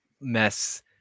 mess